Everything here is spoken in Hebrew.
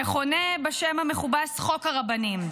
שמכונה בשם המכובס "חוק הרבנים".